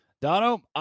Dono